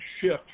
shift